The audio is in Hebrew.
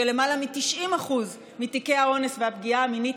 שלמעלה מ-90% מתיקי האונס והפגיעה המינית